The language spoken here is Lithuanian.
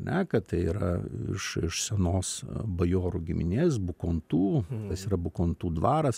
ne kad tai yra iš iš senos bajorų giminės bukontų kas yra bukontų dvaras